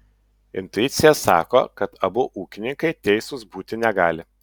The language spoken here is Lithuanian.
intuicija sako kad abu ūkininkai teisūs būti negali